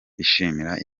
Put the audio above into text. bishimira